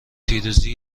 پیروزی